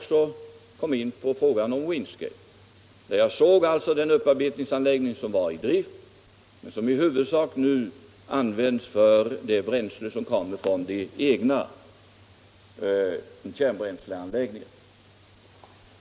Där kommer jag in på Windscale, där vi såg den upparbetningsanläggning som finns i drift men som nu i huvudsak används för bränslet från den egna kärnbränsleanläggningen.